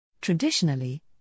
Traditionally